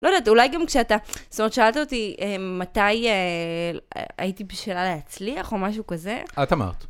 לא יודעת, אולי גם כשאתה, זאת אומרת, שאלת אותי מתי הייתי בשאלה להצליח או משהו כזה. את אמרת.